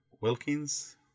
Wilkins